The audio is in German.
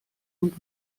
und